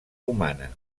humana